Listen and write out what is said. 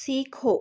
سیکھو